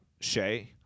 Shay